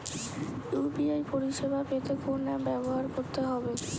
UPI পরিসেবা পেতে কোন অ্যাপ ব্যবহার করতে হবে?